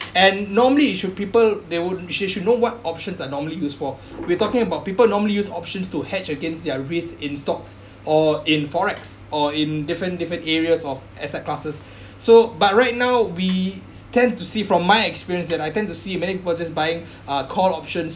and normally you should people they would she should know what options are normally used for we're talking about people normally use options to hedge against their risk in stocks or in forex or in different different areas of asset classes so but right now we tend to see from my experience that I tend to see many people just buying uh call options